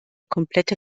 komplette